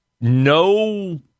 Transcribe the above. No